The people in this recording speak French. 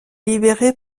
libéré